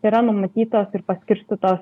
yra numatytos ir paskirstytos